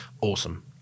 awesome